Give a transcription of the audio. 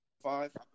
five